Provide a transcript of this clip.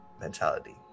mentality